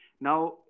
Now